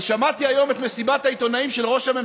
אבל שמעתי היום את ראש הממשלה במסיבת העיתונאים בסיעה,